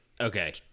Okay